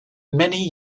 many